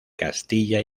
castilla